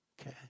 Okay